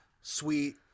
sweet